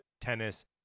tennis